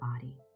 body